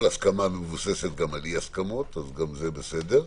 כל הסכמה מבוססת גם על אי הסכמות, גם זה בסדר,